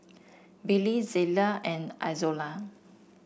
Billy Zela and Izola